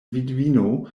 vidvino